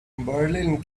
berlin